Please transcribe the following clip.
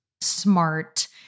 Smart